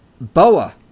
Boa